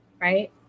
right